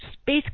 space